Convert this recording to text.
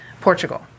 Portugal